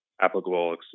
applicable